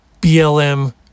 BLM